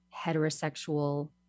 heterosexual